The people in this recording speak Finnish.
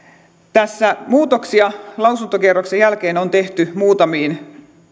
muutoksia lausuntokierroksen jälkeen on tehty muutamiin